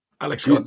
Alex